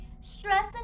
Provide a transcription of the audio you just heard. Stress